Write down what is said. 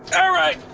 alright.